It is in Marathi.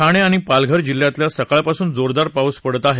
ठाणे आणि पालघर जिल्ह्यातही सकाळपासून जोरदार पाऊस पडत आहे